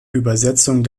übersetzung